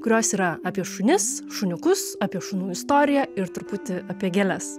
kurios yra apie šunis šuniukus apie šunų istoriją ir truputį apie gėles